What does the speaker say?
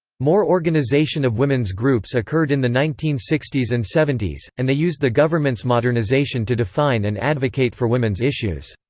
more organization of women's groups occurred in the nineteen sixty s and seventy s, and they used the government's modernization to define and advocate for women's issues.